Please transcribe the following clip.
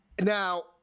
Now